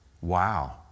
Wow